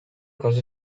cosa